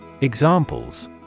Examples